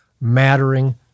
Mattering